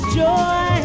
joy